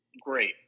great